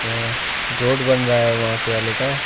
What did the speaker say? अच्छा रोड बन रहा है वहाँ से वाले का